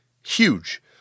huge